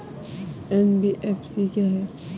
NBFC क्या है?